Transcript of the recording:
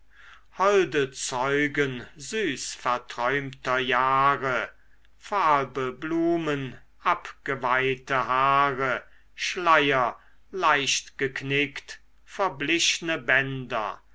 holde zeugen süß verträumter jahre falbe blumen abgeweihte haare schleier leicht geknickt verblichne bänder